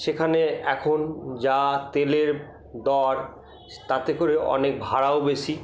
সেখানে এখন যা তেলের দর তাতে করে অনেক ভাড়াও বেশি